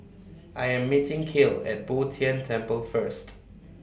I Am meeting Cale At Bo Tien Temple First